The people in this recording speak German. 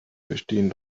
bestehen